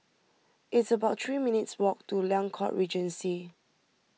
it's about three minutes' walk to Liang Court Regency